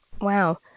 wow